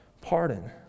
pardon